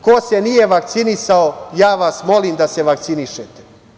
Ko se nije vakcinisao, ja vas molim da se vakcinišete.